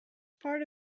part